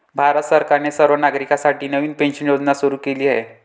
भारत सरकारने सर्व नागरिकांसाठी नवीन पेन्शन योजना सुरू केली आहे